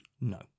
No